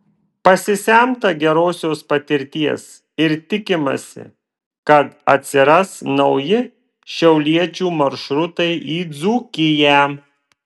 pasisemta gerosios patirties ir tikimasi kad atsiras nauji šiauliečių maršrutai į dzūkiją